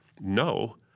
no